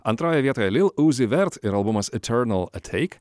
antroje vietoje lil uzi vert ir albumas eternal atake